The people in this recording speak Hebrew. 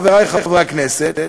חברי חברי הכנסת,